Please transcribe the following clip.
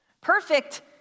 Perfect